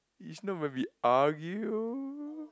is not maybe argue